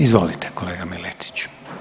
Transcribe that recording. Izvolite kolega Miletić.